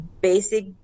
Basic